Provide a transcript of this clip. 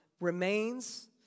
remains